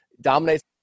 dominates